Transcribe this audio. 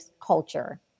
culture